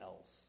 else